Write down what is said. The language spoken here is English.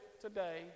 today